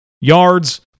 yards